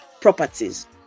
properties